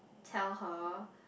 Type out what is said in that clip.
tell her